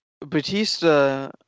Batista